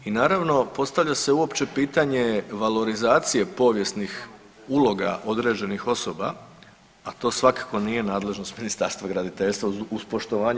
I naravno postavlja se uopće pitanje valorizacije povijesnih uloga određenih osoba, a to svakako nije nadležnost Ministarstva graditeljstva uz poštovanje.